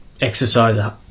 exercise